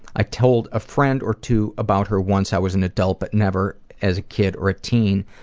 i told a friend or two about her once i was an adult but never as a kid or teen.